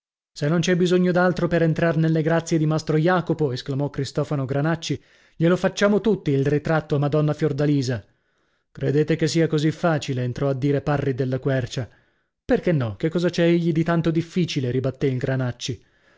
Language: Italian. se non c'è bisogno d'altro per entrar nelle grazie di mastro jacopo esclamò cristofano granacci glielo facciamo tutti il ritratto a madonna fiordalisa credete che sia così facile entrò a dire parri della quercia perchè no che cosa c'è egli di tanto difficile ribattè